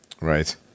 Right